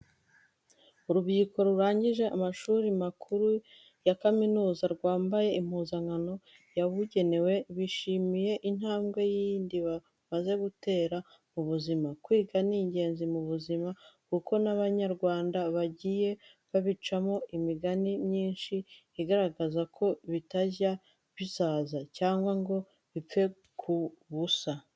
Urubyiruko rurangije amashuri makuru ya kaminuza rwambaye impuzankano yabugenewe, bishimiye intambwe yindi bamaze gutera mu buzima. Kwiga ni ingenzi mu buzima kuko n'abanyarwanda bagiye babicamo imigani myinshi igaragaza ko bitajya bisaza cyangwa ngo bipfe ubusa.